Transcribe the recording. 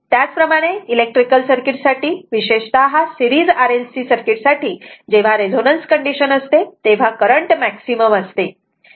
त्याच प्रमाणे electrical circuit साठी विशेषतः सेरीज RLC सर्किट साठी जेव्हा रेझोनन्स कंडीशन असते तेव्हा करंट मॅक्सिमम असते